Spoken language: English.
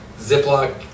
Ziploc